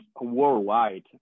worldwide